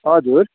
हजुर